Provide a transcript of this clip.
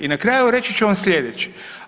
I na kraju, reći ću vam sljedeće.